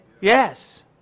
Yes